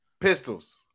pistols